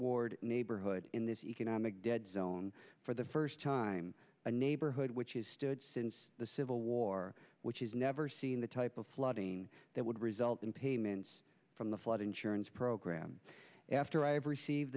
ward neighborhood in this economic dead zone for the first time a neighborhood which has stood since the civil war which has never seen the type of flooding that would result in payments from the flood insurance program after i've received